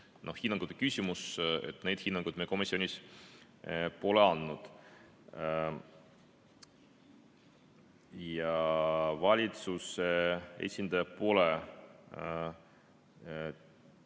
on hinnangute küsimus. Neid hinnanguid me komisjonis pole andnud. Ja valitsuse esindajad pole